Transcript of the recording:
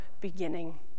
beginning